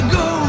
go